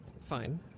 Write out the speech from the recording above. fine